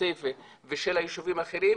כסייפה והישובים האחרים,